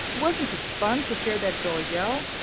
wasn't it fun to hear that girl yell?